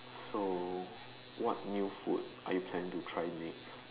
so what new food are you planning to try next